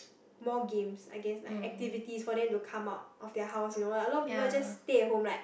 more games I guess like activities for them to come out of their house you know a lot of people just stay at home like